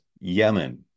Yemen